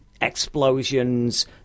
explosions